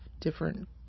different